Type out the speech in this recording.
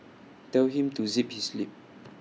tell him to zip his lip